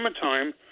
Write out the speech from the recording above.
summertime